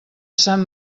sant